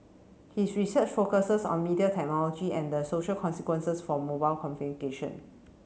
his research focuses on media technology and the social consequences for mobile